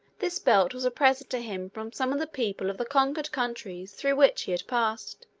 this belt was a present to him from some of the people of the conquered countries through which he had passed,